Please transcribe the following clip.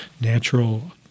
natural